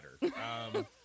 better